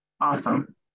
Awesome